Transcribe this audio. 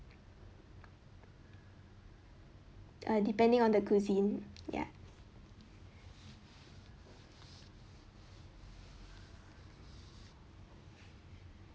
err depending on the cuisine ya